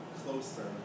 closer